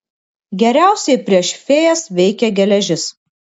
geriausiai prieš fėjas veikia geležis